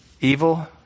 Evil